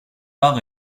par